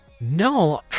No